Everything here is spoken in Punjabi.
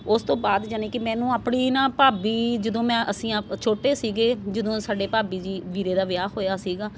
ਉਸ ਤੋਂ ਬਾਅਦ ਯਾਨੀ ਕਿ ਮੈਨੂੰ ਆਪਣੀ ਨਾ ਭਾਬੀ ਜਦੋਂ ਮੈਂ ਅਸੀਂ ਆ ਛੋਟੇ ਸੀਗੇ ਜਦੋਂ ਸਾਡੇ ਭਾਬੀ ਜੀ ਵੀਰੇ ਦਾ ਵਿਆਹ ਹੋਇਆ ਸੀਗਾ